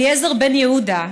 אליעזר בן יהודה,